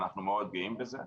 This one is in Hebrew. ואנחנו מאוד גאים בזה.